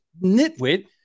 nitwit